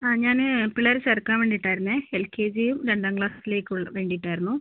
ആ ഞാൻ പിള്ളേരെ ചേർക്കാൻ വേണ്ടിയിട്ടായിരുന്നേ എൽ കെ ജിയും രണ്ടാം ക്ലാസിലേക്കുള്ളത് വേണ്ടിയിട്ടായിരുന്നു